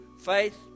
Faith